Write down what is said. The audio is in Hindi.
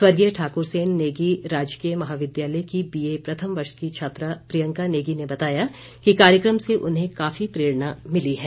स्वर्गीय ठाकुर सेन नेगी राजकीय महाविद्यालय की बीए प्रथम वर्ष की छात्रा प्रियंका नेगी ने बताया कि कार्यक्रम से उन्हें काफी प्रेरणा मिली है